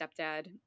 stepdad